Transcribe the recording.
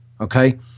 Okay